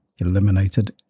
eliminated